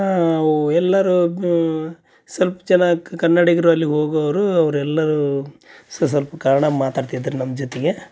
ಎಲ್ಲರೂ ಸೊಲ್ಪ ಜನ ಕನ್ನಡಿಗರು ಅಲ್ಲಿ ಹೋಗೋವ್ರು ಅವರೆಲ್ಲರೂ ಸಸಲ್ಪ್ ಕನ್ನಡ ಮಾತಾಡ್ತಿದ್ರು ನಮ್ಮ ಜೊತೆಗೆ